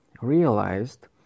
realized